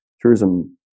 tourism